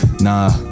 Nah